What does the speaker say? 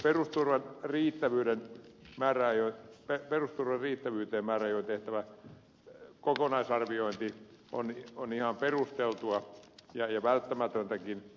perusturvan riittävyyden määräajoin tehtävä kokonaisarviointi on ihan perusteltua ja välttämätöntäkin